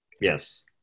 Yes